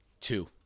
two